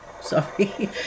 Sorry